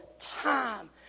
time